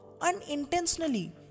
unintentionally